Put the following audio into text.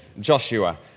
Joshua